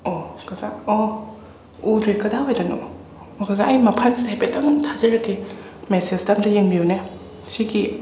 ꯑꯣ ꯀꯀꯥ ꯑꯣ ꯎꯗ꯭ꯔꯦ ꯀꯗꯥꯏꯋꯥꯏꯗꯅꯣ ꯑꯣ ꯀꯀꯥ ꯑꯩ ꯃꯐꯝꯁꯦ ꯍꯥꯏꯐꯦꯠꯇꯪ ꯊꯥꯖꯔꯛꯀꯦ ꯃꯦꯁꯦꯖꯇ ꯑꯝꯇ ꯌꯦꯡꯕꯤꯌꯨꯅꯦ ꯁꯤꯒꯤ